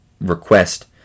request